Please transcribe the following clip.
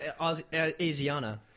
Asiana